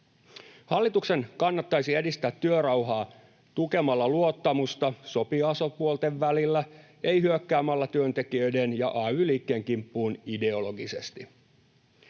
Hallituksen kannattaisi edistää työrauhaa tukemalla luottamusta sopijaosapuolten välillä, ei hyökkäämällä työntekijöiden ja ay-liikkeen kimppuun ideologisesti.